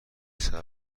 صبر